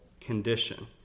condition